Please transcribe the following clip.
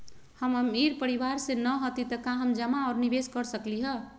हम अमीर परिवार से न हती त का हम जमा और निवेस कर सकली ह?